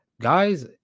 guys